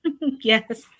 Yes